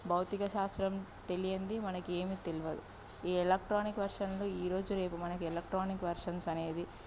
భౌతిక శాస్త్రం తెలియనది మనకి ఏమి తెలియవదు ఈ ఎలక్ట్రానిక్ వెర్షన్లు ఈరోజు రేపు మనకు ఎలక్ట్రానిక్ వెర్షన్స్ అనేది